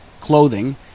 clothing